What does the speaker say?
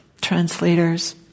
translators